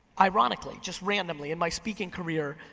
ironically, just randomly in my speaking career.